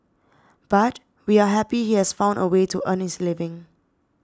but we are happy he has found a way to earn his living